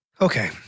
Okay